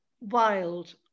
wild